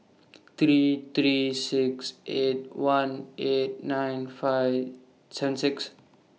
three three six eight one eight nine five seven six